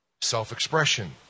self-expression